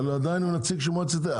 עדיין הוא נציג של מועצת העיר.